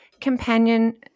companion